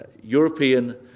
European